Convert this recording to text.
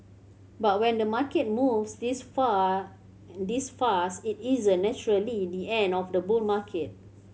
but when the market moves this far and this fast it isn't naturally the end of the bull market